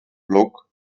block